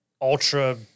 Ultra